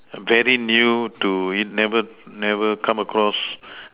very new to in never come across